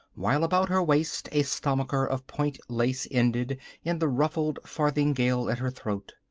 while about her waist a stomacher of point lace ended in the ruffled farthingale at her throat.